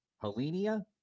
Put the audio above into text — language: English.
Helenia